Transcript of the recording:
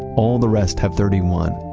all the rest have thirty one,